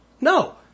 No